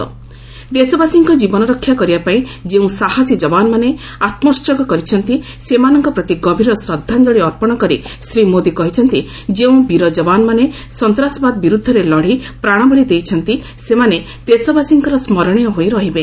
ପ୍ରଧାନମନ୍ତ୍ରୀ କହିଛନ୍ତି ଦେଶବାସୀଙ୍କ ଜୀବନ ରକ୍ଷା କରିବା ପାଇଁ ସାହସୀ ଯବାନମାନେ ଆତ୍ମୋହର୍ଗ କରିଛନ୍ତି ସେମାନଙ୍କ ପ୍ରତି ଗଭୀର ଶ୍ରଦ୍ଧାଞ୍ଜଳି ଅର୍ପଣ କରି ଶ୍ରୀ ମୋଦି କହିଛନ୍ତି ଯେଉଁ ବୀର ଯବାନମାନେ ସନ୍ତାସବାଦ ବିରୁଦ୍ଧରେ ଲଢ଼ି ପ୍ରାଣବଳି ଦେଇଛନ୍ତି ସେମାନେ ଦେଶବାସୀଙ୍କର ସ୍କରଣୀୟ ହୋଇ ରହିବେ